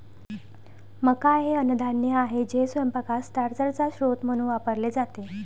मका हे अन्नधान्य आहे जे स्वयंपाकात स्टार्चचा स्रोत म्हणून वापरले जाते